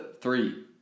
Three